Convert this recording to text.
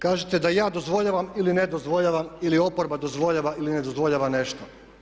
Kažete da ja dozvoljavam ili ne dozvoljavam ili oporba dozvoljava ili ne dozvoljava nešto.